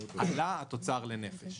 עלה התוצר לנפש.